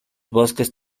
bosques